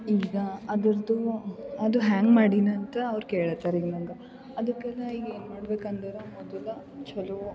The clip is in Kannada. ಈಗ ಅದರ್ದು ಅದು ಹ್ಯಾಂಗೆ ಮಾಡಿನಂಥ ಅವ್ರು ಕೇಳ್ತಾರೆ ಈಗ ನಂಗೆ ಅದಕ್ಕೆ ನಾ ಈಗ ಏನು ಮಾಡ್ಬೇಕಂದ್ರೆ ಮೊದಲು ಚೊಲೋ